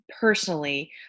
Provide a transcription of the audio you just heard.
Personally